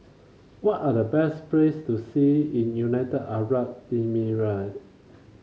what are the best place to see in United Arab Emirate